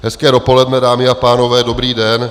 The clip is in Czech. Hezké dopoledne, dámy a pánové, dobrý den.